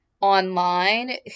online